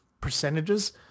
percentages